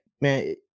man